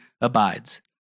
abides